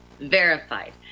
verified